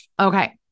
Okay